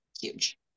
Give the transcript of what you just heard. huge